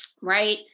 right